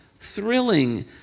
thrilling